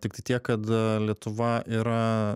tiktai tiek kad lietuva yra